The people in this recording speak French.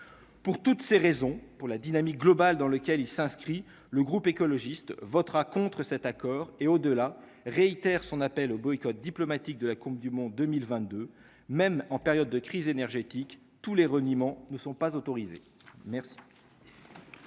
pour toutes ces raisons, pour la dynamique global dans lequel il s'inscrit le groupe écologiste votera contre cet accord et au delà, réitère son appel au boycott diplomatique de la Coupe du monde 2022, même en période de crise énergétique tous les reniements ne sont pas autorisés merci.